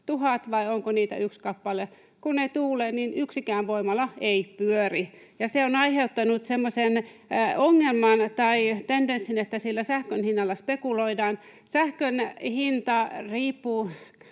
tuhat vai onko niitä yksi kappale. Kun ei tuule, niin yksikään voimala ei pyöri, ja se on aiheuttanut semmoisen ongelman tai tendenssin, että sillä sähkön hinnalla spekuloidaan. Sähkön hinta riippuu